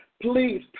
Please